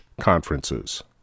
conferences